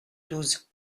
douze